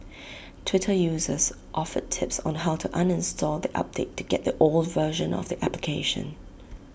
Twitter users offered tips on how to uninstall the update to get the old version of the application